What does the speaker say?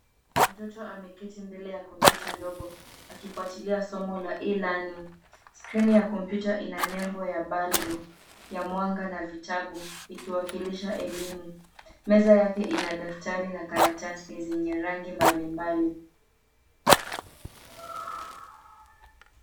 Mtoto ameketi mbele ya kompyuta ndogo. Akifuatilia somo la e-learning . Skrini ya kompyuta in nembo ya balbu ya mwanga na vitabu ikiwakilisha elimu. Meza yake ina daftari na karatasi zenye rangi mbalimbali.